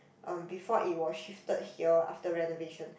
um before it was shifted here after renovation